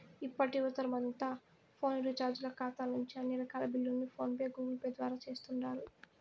ఇప్పటి యువతరమంతా ఫోను రీచార్జీల కాతా నుంచి అన్ని రకాల బిల్లుల్ని ఫోన్ పే, గూగుల్పేల ద్వారా సేస్తుండారు